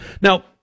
Now